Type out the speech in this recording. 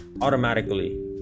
automatically